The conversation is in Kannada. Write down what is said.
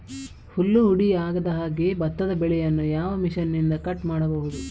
ಹುಲ್ಲು ಹುಡಿ ಆಗದಹಾಗೆ ಭತ್ತದ ಬೆಳೆಯನ್ನು ಯಾವ ಮಿಷನ್ನಿಂದ ಕಟ್ ಮಾಡಬಹುದು?